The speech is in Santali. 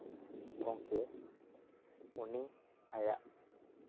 ᱜᱚᱝᱠᱮ ᱩᱱᱤ ᱟᱭᱟᱜ